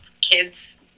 kids